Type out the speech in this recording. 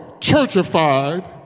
churchified